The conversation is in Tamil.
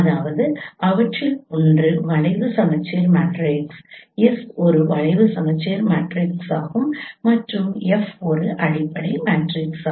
அதாவது அவற்றில் ஒன்று வளைவு சமச்சீர் மேட்ரிக்ஸ் S ஒரு வளைவு சமச்சீர் மேட்ரிக்ஸ் மற்றும் F ஒரு அடிப்படை மேட்ரிக்ஸ்